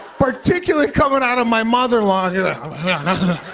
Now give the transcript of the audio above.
particularly coming out of my mother-in-law. yeah